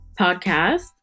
podcast